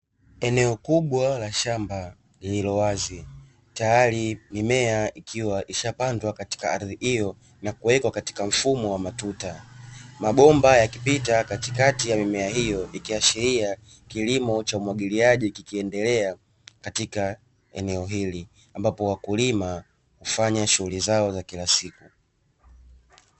Eneo kubwa la shamba lililowazi tayari mimea ikiwa ishapandwa katika ardhi hiyo na kuwekwa katika mfumo wa matuta, mabomba yakipita katikati ya mimea hiyo ikiashiria kilimo cha umwagiliaji kikiendelea katika eneo hili ambapo wakulima hufanya shughuli zao za kilasiku.